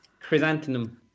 Chrysanthemum